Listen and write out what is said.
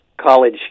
college